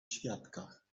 świadkach